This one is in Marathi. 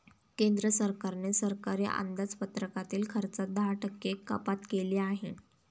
केंद्र सरकारने सरकारी अंदाजपत्रकातील खर्चात दहा टक्के कपात केली आहे